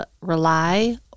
rely